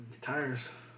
tires